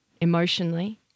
emotionally